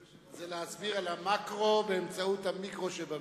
זה להסביר על המקרו באמצעות המיקרו שבמיקרו.